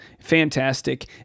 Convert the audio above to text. fantastic